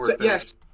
yes